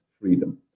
freedom